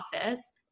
office